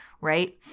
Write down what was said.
right